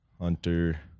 hunter